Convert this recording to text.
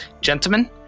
Gentlemen